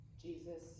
Jesus